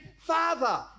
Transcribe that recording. Father